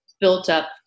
built-up